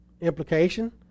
implication